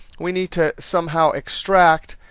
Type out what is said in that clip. we need to somehow extract,